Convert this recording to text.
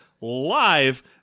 live